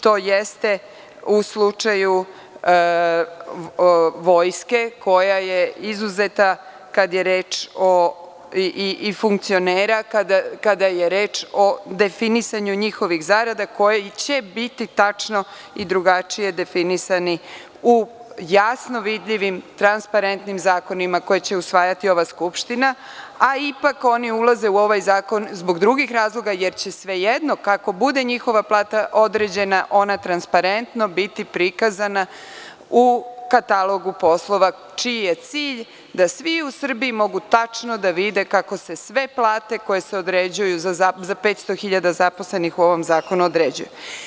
To jeste u slučaju vojske i funkcionera, kada je reč o definisanju njihovih zarada koji će biti tačno i drugačije definisani u jasno vidljivim, transparentnim zakonima koje će usvajati ova Skupština, a ipak oni ulaze u ovaj zakon zbog drugih razloga, jer će, svejedno kako bude njihova plata određena, ona transparentno biti prikazana u katalogu poslova, čiji je cilj da svi u Srbiji mogu tačno da vide kako se sve plate koje se određuju za 500.000 zaposlenih u ovom zakonu određuje.